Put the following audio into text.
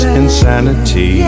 insanity